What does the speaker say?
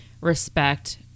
respect